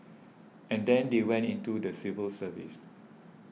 and then they went into the civil service